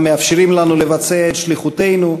המאפשרים לנו לבצע את שליחותנו,